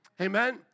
Amen